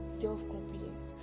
self-confidence